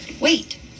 Wait